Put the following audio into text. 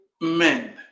men